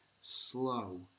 slow